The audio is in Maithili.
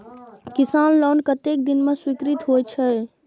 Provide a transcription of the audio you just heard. किसान लोन कतेक दिन में स्वीकृत होई छै?